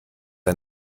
ein